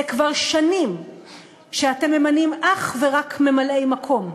זה כבר שנים שאתם ממנים אך ורק ממלאי-מקום,